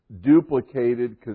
duplicated